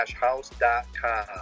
house.com